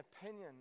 opinion